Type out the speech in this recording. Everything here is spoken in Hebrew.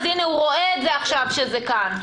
הנה הוא רואה עכשיו שזה כאן,